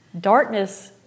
Darkness